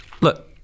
look